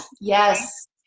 Yes